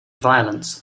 violence